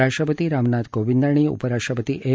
राष्ट्रपती रामनाथ कोविंद आणि उपराष्ट्रपती एम